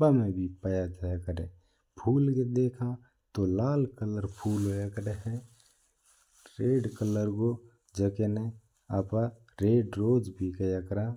पावा है बिंका पाया कर है। जो लाल रंग रू फूल होया कर है बिना आपा रेड रोज भी खया करा हा।